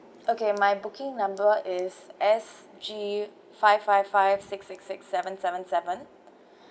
okay my booking number is S_G five five five six six six seven seven seven